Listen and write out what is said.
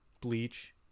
bleach